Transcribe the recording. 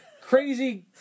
crazy